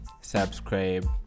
Subscribe